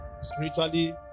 Spiritually